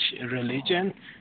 religion